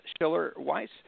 Schiller-Weiss